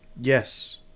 Yes